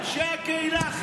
אנשי הקהילה הכי מסוכנים?